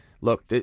look